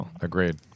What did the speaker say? agreed